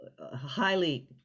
highly